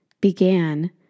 began